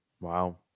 Wow